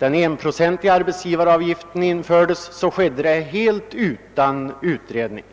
den enprocentiga arbetsgivaravgiften infördes år 1968 skedde det utan utredning.